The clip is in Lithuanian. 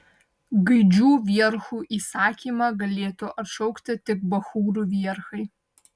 gaidžių vierchų įsakymą galėtų atšaukti tik bachūrų vierchai